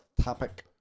topic